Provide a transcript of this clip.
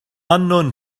unknown